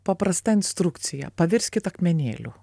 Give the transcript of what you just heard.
paprasta instrukcija pavirskit akmenėliu